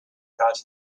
about